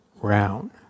round